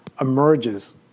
emerges